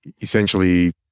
essentially